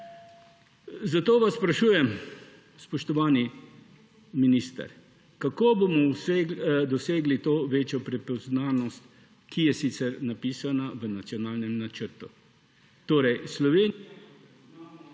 Zato vas sprašujem, spoštovani minister: Kako bomo dosegli to večjo prepoznavnost, ki je sicer napisana v Nacionalnem načrtu? Slovenija …/ izklop